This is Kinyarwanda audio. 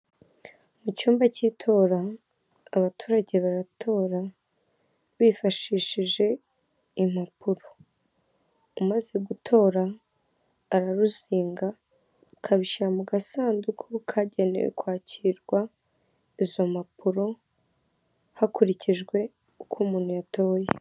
Mu cyumba cy'itora, abaturage baratora bifashishije impapuro. Umaze gutora araruzinga, akarushyira mu gasanduku kagenewe kwakirwa izo mpapuro, hakurikijwe uko umuntu yatoye.